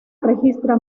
registra